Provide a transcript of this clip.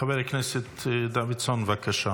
חבר הכנסת דוידסון, בבקשה.